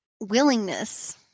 willingness